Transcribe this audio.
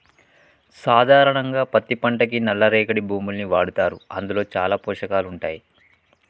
సాధారణంగా పత్తి పంటకి నల్ల రేగడి భూముల్ని వాడతారు అందులో చాలా పోషకాలు ఉంటాయి